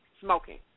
smoking